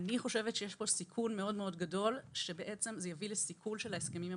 סיכון מאוד גדול שזה יביא לסיכול ההסכמים הבילטרליים.